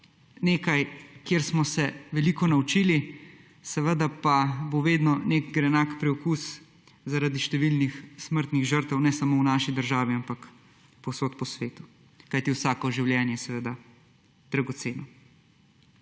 nekaj, kjer smo se veliko naučili, seveda pa bo vedno nek grenak priokus zaradi številnih smrtnih žrtev ne samo v naši državi, ampak povsod po svetu. Kajti vsako življenje je seveda dragoceno.